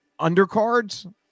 undercards